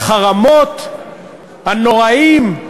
החרמות הנוראיים,